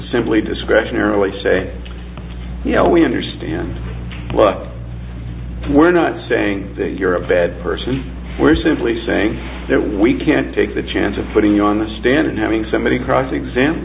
simply discretionary say you know we understand but we're not saying you're a bad person we're simply saying that we can't take the chance of putting you on the stand and having somebody cross exam